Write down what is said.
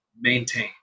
maintain